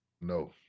No